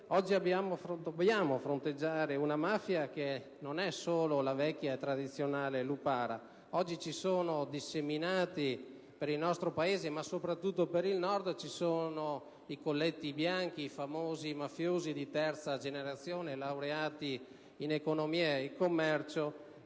oggi dobbiamo fronteggiare una mafia che non è solo quella vecchia e tradizionale della lupara. Oggi sono disseminati nel nostro Paese, soprattutto nel Nord, i colletti bianchi, i famosi mafiosi di terza generazione, laureati in economia e commercio